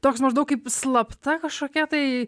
toks maždaug kaip slapta kažkokia tai